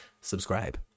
subscribe